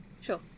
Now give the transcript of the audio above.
Sure